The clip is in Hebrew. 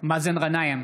מאזן גנאים,